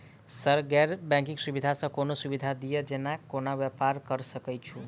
Sir गैर banking सुविधा सँ कोनों सुविधा दिए जेना कोनो व्यापार करऽ सकु?